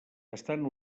estan